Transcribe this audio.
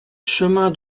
chemin